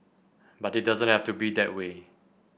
but it doesn't have to be that way